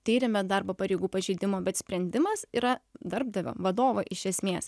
tyrime darbo pareigų pažeidimo bet sprendimas yra darbdavio vadovo iš esmės